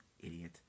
Idiot